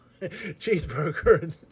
Cheeseburger